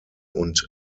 und